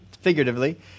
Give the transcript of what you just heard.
figuratively